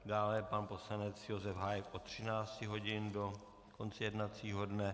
Dále pan poslanec Josef Hájek od 13 hodin do konce jednacího dne.